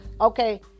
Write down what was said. Okay